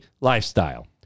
lifestyle